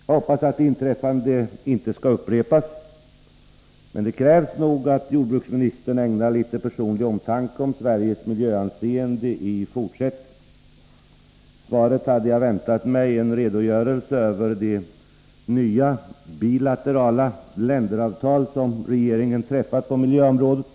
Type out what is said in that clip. Jag hoppas att det inträffade inte skall upprepas, men det krävs nog att jordbruksministern ägnar litet personlig omtanke åt Sveriges miljöanseende i fortsättningen. I svaret hade jag väntat mig en redogörelse över de nya bilaterala länderavtal som regeringen träffat på miljöområdet.